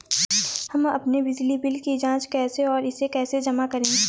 हम अपने बिजली बिल की जाँच कैसे और इसे कैसे जमा करें?